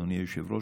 אדוני היושב-ראש,